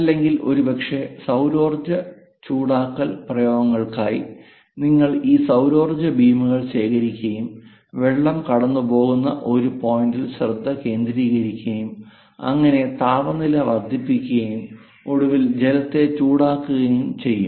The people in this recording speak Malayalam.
അല്ലെങ്കിൽ ഒരുപക്ഷേ സൌരോർജ്ജ ചൂടാക്കൽ പ്രയോഗങ്ങൾക്കായി നിങ്ങൾ ഈ സൌരോർജ്ജ ബീമുകൾ ശേഖരിക്കുകയും വെള്ളം കടന്നുപോകുന്ന ഒരു പോയിന്റിൽ ശ്രദ്ധ കേന്ദ്രീകരിക്കുകയും അങ്ങനെ താപനില വർദ്ധിപ്പിക്കുകയും ഒടുവിൽ ജലത്തെ ചൂടാക്കുകയും ചെയ്യും